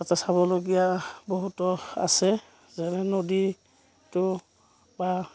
তাতে চাবলগীয়া বহুতো আছে যেনে নদীটো বা